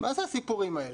מה זה הסיפורים האלה?